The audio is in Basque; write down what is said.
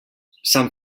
san